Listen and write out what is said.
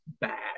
bad